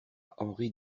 henri